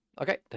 Okay